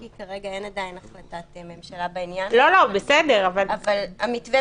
כרגע אנחנו בחרנו לאורך הדרך,